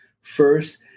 first